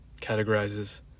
categorizes